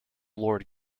lord